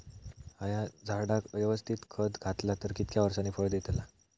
हया झाडाक यवस्तित खत घातला तर कितक्या वरसांनी फळा दीताला?